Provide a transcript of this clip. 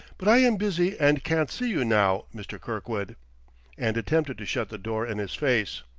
but i am busy and can't see you now, mr. kirkwood and attempted to shut the door in his face.